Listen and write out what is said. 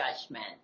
judgment